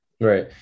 right